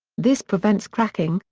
this prevents cracking,